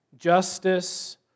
Justice